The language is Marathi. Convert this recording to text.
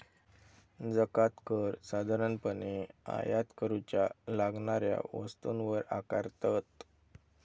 जकांत कर साधारणपणे आयात करूच्या लागणाऱ्या वस्तूंवर आकारतत